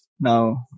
now